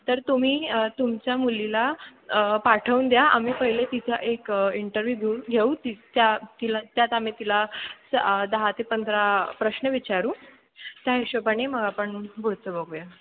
तर तुम्ही तुमच्या मुलीला पाठवून द्या आम्ही पहिले तिचा एक इंटरव्ह्यू घेऊन घेऊ ती त्या तिला त्यात आम्ही तिला स दहा ते पंधरा प्रश्न विचारू त्या हिशेबाने मग आपण बोलतो बघूया